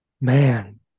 man